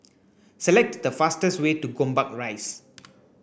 select the fastest way to Gombak Rise